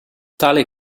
tale